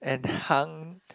and hung